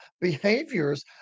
behaviors